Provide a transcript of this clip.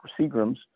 Seagram's